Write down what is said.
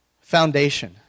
Foundation